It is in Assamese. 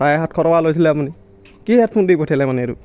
চাৰে সাতশ টকা লৈছিলে আপুনি কি হেডফোন মানে দি পঠিয়ালে এইটো